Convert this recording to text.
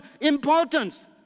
importance